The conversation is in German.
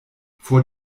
vor